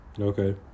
Okay